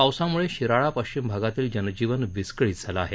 पावसाम्ळे शिराळा पश्चिम भागातील जनजीवन विस्कळीत झालं आहे